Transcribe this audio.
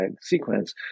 sequence